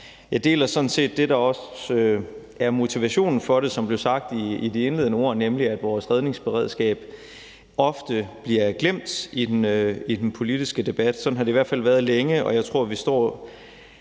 set også deler det, der er motivationen for det, som det blev sagt i de indledende ord, nemlig at vores redningsberedskab ofte bliver glemt i den politiske debat. Sådan har det i hvert fald været længe, og jeg tror, vi står